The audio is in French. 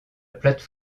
plate